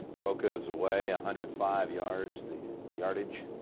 rocca's away a hundred five yards. the yardage